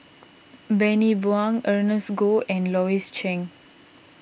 Bani Buang Ernest Goh and Louis Chen